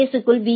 S க்குள் B